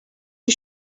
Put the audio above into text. you